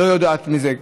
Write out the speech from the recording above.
לא יודעת מזה.